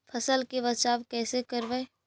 फसल के बचाब कैसे करबय?